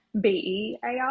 B-E-A-R